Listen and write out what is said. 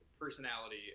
personality